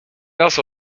also